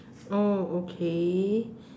oh okay